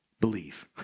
believe